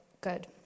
Good